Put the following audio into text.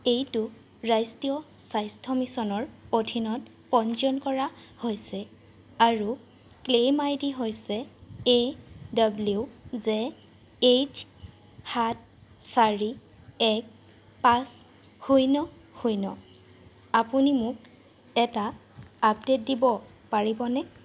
এইটো ৰাষ্ট্ৰীয় স্বাস্থ্য মিছনৰ অধীনত পঞ্জীয়ন কৰা হৈছে আৰু ক্লেইম আইডি হৈছে এ ডব্লিউ জে এইচ সাত চাৰি এক পাঁচ শূন্য শূন্য আপুনি মোক এটা আপডে'ট দিব পাৰিবনে